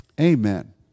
Amen